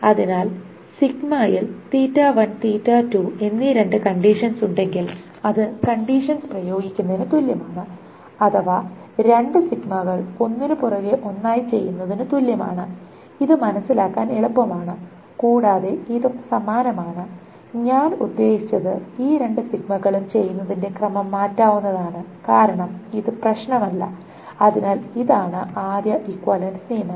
അതിനാൽ ൽ എന്നീ രണ്ട് കണ്ടിഷൻസ് ഉണ്ടെങ്കിൽ അത് കണ്ടിഷൻസ് പ്രയോഗിക്കുന്നതിന് തുല്യമാണ് അഥവാ രണ്ട് കൾ ഒന്നിനുപുറകെ ഒന്നായി ചെയ്യുന്നതിനു തുല്യമാണ് ഇത് മനസ്സിലാക്കാൻ എളുപ്പമാണ് കൂടാതെ ഇതും സമാനമാണ് ഞാൻ ഉദ്ദേശിച്ചത് ഈ രണ്ട് കളും ചെയ്യുന്നതിന്റെ ക്രമം മാറ്റാവുന്നതാണ് കാരണം ഇത് പ്രശ്നമല്ല അതിനാൽ ഇതാണ് ആദ്യ ഇക്വിവാലെൻസ് നിയമം